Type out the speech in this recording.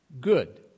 good